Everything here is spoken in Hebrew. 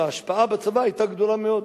וההשפעה בצבא היתה גדולה מאוד.